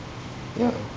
ya